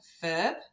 verb